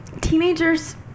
teenagers